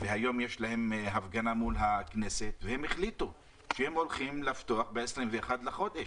והיום יש להם הפגנה מול הכנסת והם החליטו שהם הולכים לפתוח ב-21 לחודש.